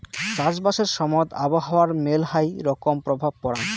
চাষবাসের সময়ত আবহাওয়ার মেলহাই রকম প্রভাব পরাং